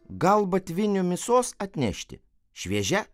gal batvinių misos atnešti šviežia